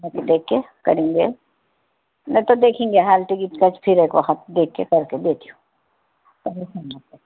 دیکھ کے کریں گے نہیں تو دیکھیں گے ہال ٹکٹ کچ پھر اے کو دیکھ کے کر کے